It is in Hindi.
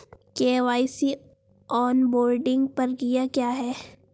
के.वाई.सी ऑनबोर्डिंग प्रक्रिया क्या है?